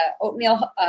oatmeal